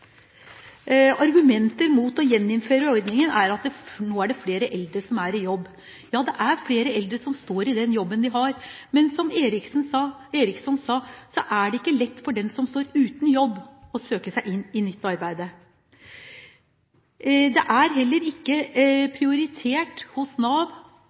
Argumenter mot å gjeninnføre ordningen er at nå er det flere eldre som er i jobb. Ja, det er flere eldre som står i den jobben de har, men, som Eriksson sa, det er ikke lett for dem som står uten jobb, å søke seg inn i nytt arbeid. Det er heller ikke prioritert hos Nav,